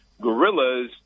gorillas